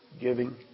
giving